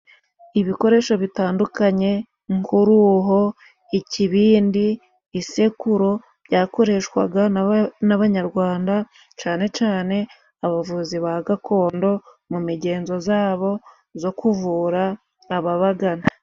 Ibikoresho bitandukanye nk'uruho, ikibindi, isekuru, byakoreshwaga n'Abanyarwanda cyane cyane abavuzi ba gakondo, mu migenzo yabo yo kuvura ababagana.